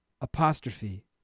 apostrophe